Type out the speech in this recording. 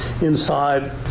inside